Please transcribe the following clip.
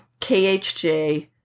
KHJ